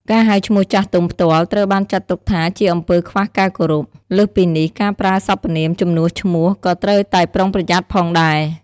ការហៅឈ្មោះចាស់ទុំផ្ទាល់ ត្រូវបានចាត់ទុកថាជាអំពើខ្វះការគោរព។ លើសពីនេះ ការប្រើសព្វនាមជំនួសឈ្មោះ ក៏ត្រូវតែប្រុងប្រយ័ត្នផងដែរ។